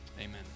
amen